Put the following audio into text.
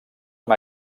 amb